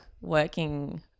working